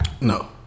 No